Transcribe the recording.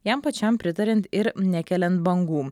jam pačiam pritariant ir nekeliant bangų